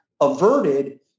averted